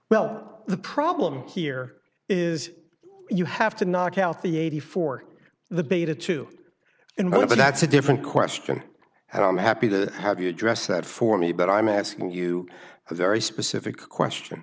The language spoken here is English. well the problem here is you have to knock out the eighty for the beta two and whatever that's a different question and i'm happy to have you address that for me but i'm asking you a very specific question